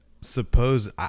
suppose